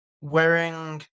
wearing